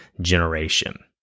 generation